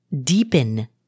deepen